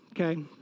okay